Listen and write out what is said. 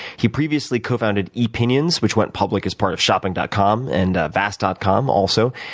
he previously cofounded epinions, which went public as part of shopping dot com and vast dot com, also.